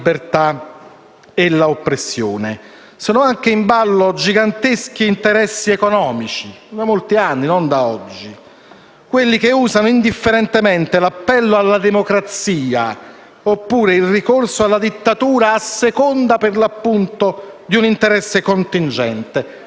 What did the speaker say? con l'intento di portare l'esasperazione ai massimi livelli. Io credo che chiunque oggi cerchi di fare un ragionamento non ideologico sul Venezuela e che voglia invece la salvezza del Venezuela dalla guerra civile deve partire da una considerazione non faziosa: il